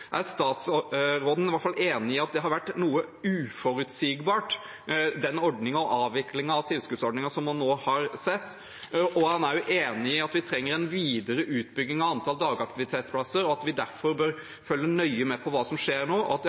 Er statsråden enig i at det har vært noe uforutsigbart med den ordningen og avviklingen av tilskuddsordningen som man nå har sett, og er han også enig i at vi trenger en videre utbygging av antallet dagaktivitetsplasser, og at vi derfor bør følge nøye med på hva som skjer nå?